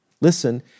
Listen